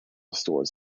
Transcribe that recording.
stores